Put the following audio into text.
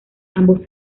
ambos